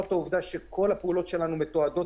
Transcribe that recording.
אלה דברים שפשוט לא קיימים במדינת ישראל.